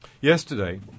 Yesterday